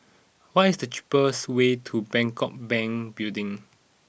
what is the cheapest way to Bangkok Bank Building